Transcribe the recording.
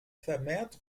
vermehrt